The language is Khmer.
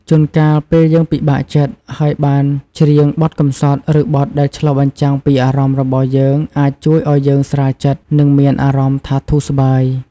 ជូនកាលពេលយើងពិបាកចិត្ត ហើយបានច្រៀងបទកម្សត់ ឬបទដែលឆ្លុះបញ្ចាំងពីអារម្មណ៍របស់យើង អាចជួយឲ្យយើងស្រាលចិត្ត និងមានអារម្មណ៍ថាធូរស្បើយ។